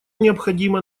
необходимо